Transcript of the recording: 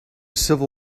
civil